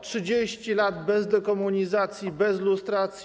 30 lat bez dekomunizacji, bez lustracji.